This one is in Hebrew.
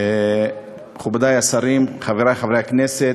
מכובדי השרים, חברי חברי הכנסת,